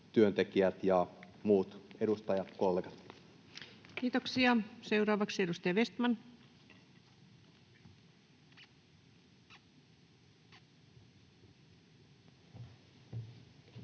työntekijät ja muut edustajakollegat. Kiitoksia. — Seuraavaksi edustaja Vestman.